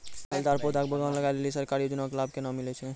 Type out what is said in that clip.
फलदार पौधा के बगान लगाय लेली सरकारी योजना के लाभ केना मिलै छै?